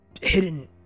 hidden